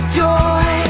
joy